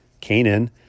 Canaan